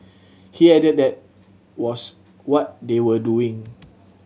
he added that was what they were doing